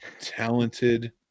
talented